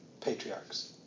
patriarchs